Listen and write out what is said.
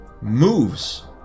moves